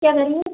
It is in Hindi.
क्या कह रही हो